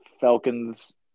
Falcons